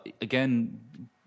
again